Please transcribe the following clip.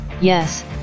yes